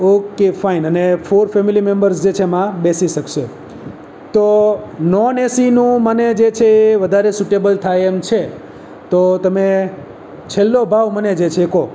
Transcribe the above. okay fine અને four family members જે છે એમાં બેસી શકશે તો નોન એસીનું મને જે છે એ વધારે સુટેબલ થાય એમ છે તો તમે છેલ્લો ભાવ મને જે છે એ કહો